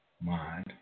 mind